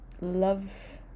Love